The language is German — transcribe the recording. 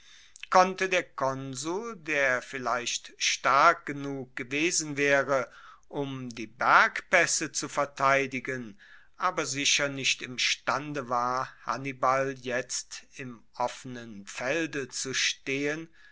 konnte der konsul der vielleicht stark genug gewesen waere um die bergpaesse zu verteidigen aber sicher nicht imstande war hannibal jetzt im offenen felde zu stehen